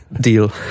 deal